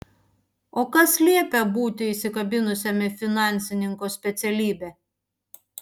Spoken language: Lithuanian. o kas liepia būti įsikabinusiam į finansininko specialybę